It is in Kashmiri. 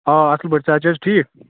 آ اصل پٲٹھۍ صحت چھ حٕظ ٹھیٖک